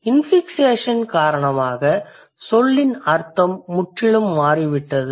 infixation காரணமாக சொல்லின் அர்த்தம் முற்றிலும் மாறிவிட்டது